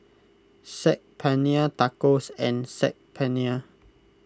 Saag Paneer Tacos and Saag Paneer